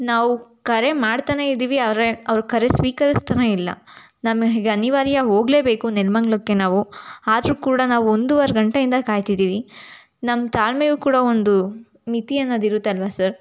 ನಾವು ಕರೆ ಮಾಡ್ತನೇ ಇದ್ದೀವಿ ಆದರೆ ಅವರು ಕರೆ ಸ್ವೀಕರಿಸ್ತನೇ ಇಲ್ಲ ನಮಗೆ ಅನಿವಾರ್ಯ ಹೋಗಲೇಬೇಕು ನೆಲಮಂಗ್ಲಕ್ಕೆ ನಾವು ಆದರೂ ಕೂಡ ನಾವು ಒಂದೂವರೆ ಗಂಟೆಯಿಂದ ಕಾಯ್ತಿದ್ದೀವಿ ನಮ್ಮ ತಾಳ್ಮೆಯೂ ಕೂಡ ಒಂದು ಮಿತಿಯನ್ನೋದು ಇರುತ್ತಲ್ಲವ ಸರ್